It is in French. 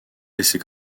laisser